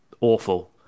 awful